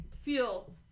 Feel